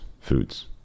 foods